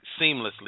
seamlessly